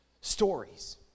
stories